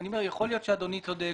שיכול להיות שאדוני צודק